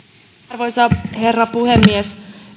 arvoisa herra puhemies